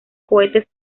cohetes